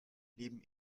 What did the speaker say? leben